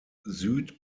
süd